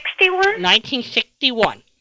1961